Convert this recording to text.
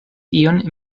ion